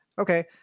okay